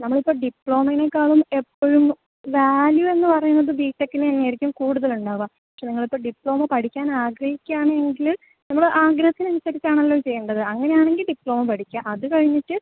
നമ്മളിപ്പൊ ഡിപ്ലോമേനെക്കാളും എപ്പഴും വാല്യു എന്ന് പറയുന്നത് ബിടെക്കിന് തന്നെ ആയിരിക്കും കൂടുതൽ ഉണ്ടാവുക പക്ഷെ നിങ്ങളിപ്പോൾ ഡിപ്ലോമ പഠിക്കാൻ ആഗ്രഹിക്കാണ് എങ്കില് നമ്മള് ആഗ്രഹത്തിനനുസരിച്ച് ആണല്ലോ ചെയ്യേണ്ടത് അങ്ങനെ ആണെങ്കിൽ ഡിപ്ലോമ പഠിക്കുക അതുകഴിഞ്ഞിട്ട്